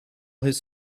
his